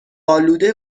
آلوده